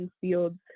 fields